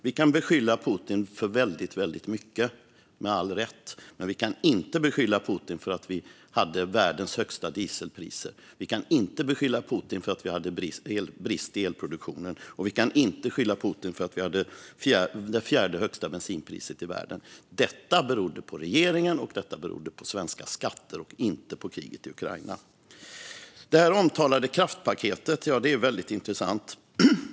Vi kan med all rätt beskylla Putin för väldigt mycket, men vi kan inte beskylla Putin för att vi hade världens högsta dieselpriser, brist i elproduktionen och det fjärde högsta bensinpriset i världen. Detta berodde på regeringen och svenska skatter, inte på kriget i Ukraina. Det omtalade kraftpaketet är väldigt intressant.